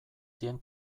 zien